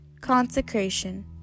Consecration